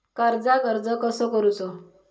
कर्जाक अर्ज कसो करूचो?